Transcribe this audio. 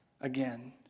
again